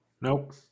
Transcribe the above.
Nope